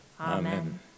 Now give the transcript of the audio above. Amen